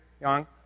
young